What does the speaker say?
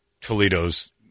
Toledo's